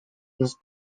this